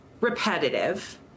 repetitive